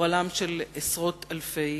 גורלם של עשרות אלפי